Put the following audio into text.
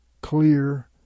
clear